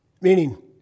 meaning